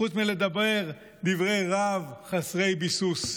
חוץ מלדבר דברי רהב חסרי ביסוס?